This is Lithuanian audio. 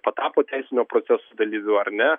patapo teisinio proceso dalyviu ar ne